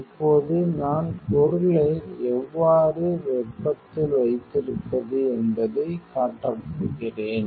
இப்போது நான் பொருளை எவ்வாறு வெப்பத்தில் வைத்திருப்பது என்பதைக் காட்டப் போகிறேன்